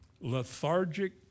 lethargic